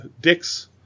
Dick's